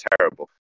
terrible